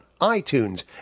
iTunes